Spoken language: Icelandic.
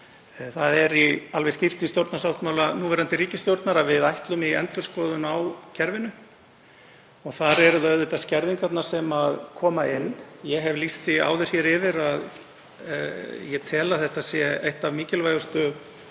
Það er í alveg skýrt í stjórnarsáttmála núverandi ríkisstjórnar að við ætlum í endurskoðun á kerfinu. Þar koma skerðingarnar auðvitað inn. Ég hef lýst því áður yfir hér að ég tel að þetta sé eitt af mikilvægustu